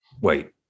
Wait